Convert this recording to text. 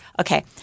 Okay